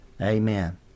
Amen